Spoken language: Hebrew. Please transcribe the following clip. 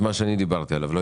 מה שאני דיברתי עליו?